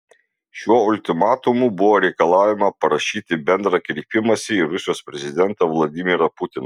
šiuo ultimatumu buvo reikalaujama parašyti bendrą kreipimąsi į rusijos prezidentą vladimirą putiną